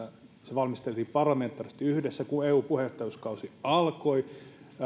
valmisteltiin parlamentaarisesti yhdessä kun eu puheenjohtajuuskausi alkoi